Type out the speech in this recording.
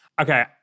Okay